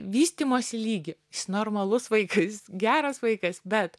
vystymosi lygį jis normalus vaikas geras vaikas bet